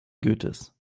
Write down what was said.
goethes